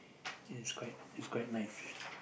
it's quite it's quite nice